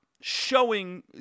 showing